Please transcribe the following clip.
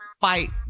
fight